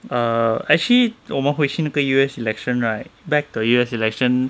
err actually 我们回去那个 U_S election right back to the U_S election